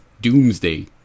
doomsday